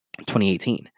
2018